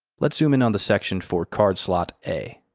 let's zoom in on the section for card slot a.